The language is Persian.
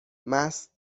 مست